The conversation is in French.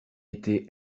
été